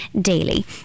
daily